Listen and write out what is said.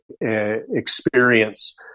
experience